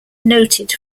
noted